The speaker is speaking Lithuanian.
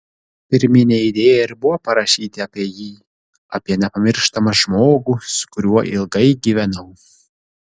pirminė idėja ir buvo parašyti apie jį apie nepamirštamą žmogų su kuriuo ilgai gyvenau